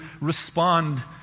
respond